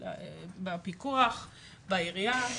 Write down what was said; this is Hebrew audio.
מהפיקוח בעירייה,